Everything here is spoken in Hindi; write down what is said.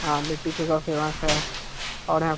हाँ लिट्टी चोखा फेमस है और हॅप